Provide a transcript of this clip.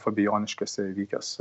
fabijoniškėse įvykęs